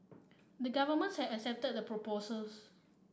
the government had accepted the proposals